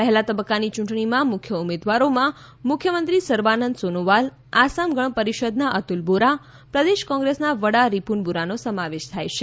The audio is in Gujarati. પહેલા તબકકાની ચુંટણીમાં મુખ્ય ઉમેદવારોમાં મુખ્યમંત્રી સર્વાનંદ સોનોવાલ આસામ ગણ પરીષદના અતુલ બોરા પ્રદેશ કોંગ્રેસના વડા રિપુન બોરાનો સમાવેશ થાય છે